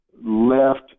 left